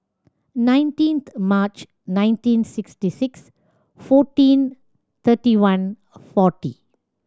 nineteenth March nineteen sixty six fourteen thirty one forty